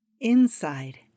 inside